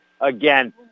Again